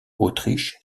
autriche